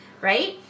Right